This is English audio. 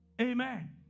Amen